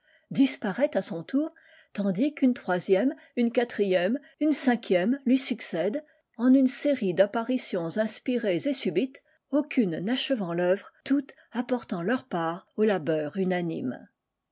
disparaît à son tour tandis qu'une troisième une quatrième une cinquième lui succèdent en une série d'apparitions inspirées et subites aucune n'achevant l'œuvre toutes apportant leur part au labeur unanime